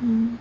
mm